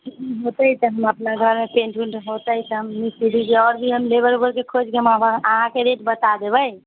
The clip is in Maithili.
होतै तऽ हमरा अपना घरमे पेन्ट उंट होतै तब मिस्त्रीके आओर भी हम लेबर उबरके खोजके अपन अहाँकेँ रेट बता देबै